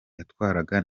yatwaraga